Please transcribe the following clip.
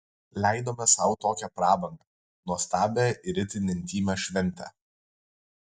leidome sau tokią prabangą nuostabią ir itin intymią šventę